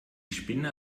spinne